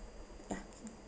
yeah